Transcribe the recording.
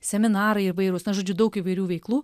seminarai įvairūs na žodžiu daug įvairių veiklų